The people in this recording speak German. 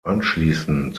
anschließend